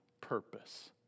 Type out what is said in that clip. purpose